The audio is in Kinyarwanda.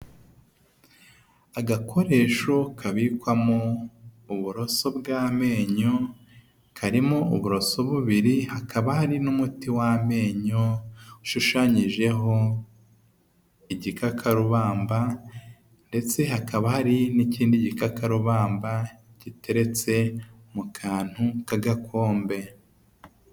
Agakoresho kabikwamo uburoso bw'amenyo, karimo uburoso bubiri hakaba hari n'umuti w'amenyo ushushanyijeho igikakarubamba ndetse hakaba hari n'ikindi gikakarubamba giteretse mu kantu k'agakombe.